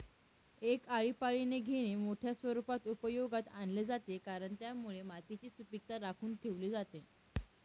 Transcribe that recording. एक आळीपाळीने घेणे मोठ्या स्वरूपात उपयोगात आणले जाते, कारण त्यामुळे मातीची सुपीकता राखून ठेवली जाते